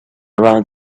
around